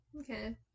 Okay